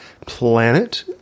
planet